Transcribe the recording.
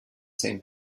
same